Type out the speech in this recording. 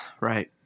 right